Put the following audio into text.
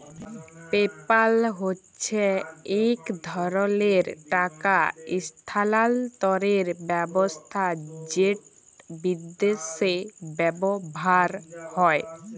PayPal হছে ইক ধরলের টাকা ইসথালালতরের ব্যাবস্থা যেট বিদ্যাশে ব্যাভার হয়